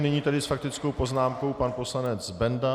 Nyní tedy s faktickou poznámkou pan poslanec Benda.